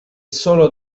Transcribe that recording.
solo